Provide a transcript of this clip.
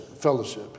fellowship